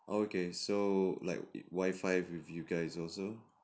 okay so like wi-fi with you guys also